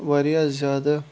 واریاہ زیادٕ